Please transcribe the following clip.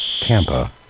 Tampa